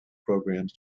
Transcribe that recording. programs